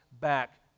back